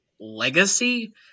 legacy